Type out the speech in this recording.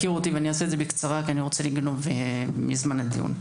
ואני אעשה את זה בקצרה כי אני לא רוצה לגנוב מזמן הדיון.